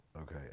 Okay